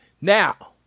Now